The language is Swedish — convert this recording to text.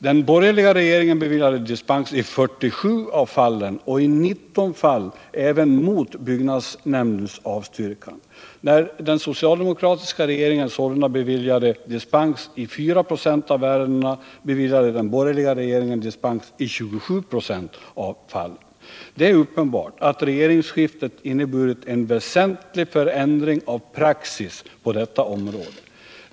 Den borgerliga regeringen beviljade dispens i 47 av fallen och i 19 fall även mot byggnadsnämndens avstyrkande. När den socialdemokratiska regeringen sålunda beviljade dispens i 4 96 av ärendena beviljade den borgerliga regeringen dispens i 27 96 av fallen. Det är uppenbart att regeringsskiftet inneburit en väsentlig förändring av praxis på detta område.